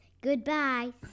Goodbye